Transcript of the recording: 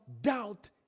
doubt